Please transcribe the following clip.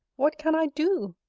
what can i do?